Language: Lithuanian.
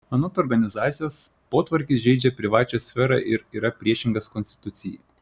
anot organizacijos potvarkis žeidžia privačią sferą ir yra priešingas konstitucijai